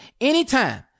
anytime